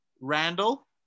Randall